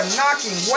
knocking